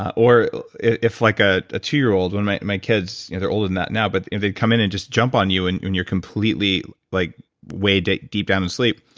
or if like ah a two year old. when my my kids. they're older than that now, but if they'd come in and just jump on you and when you're completely like way deep deep down in sleep,